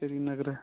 سرینگرٕ